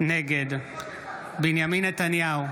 נגד בנימין נתניהו,